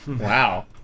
wow